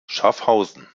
schaffhausen